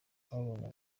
twabonye